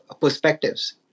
perspectives